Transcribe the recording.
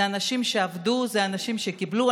אלה אנשים שעבדו, אלה אנשים שקיבלו.